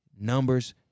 Numbers